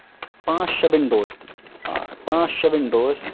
پانژھ شےٚ وِنڈو ٲسۍ تہٕ پانٛژھ شےٚ وِنڈو ٲسۍ